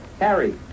Harry